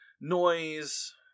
noise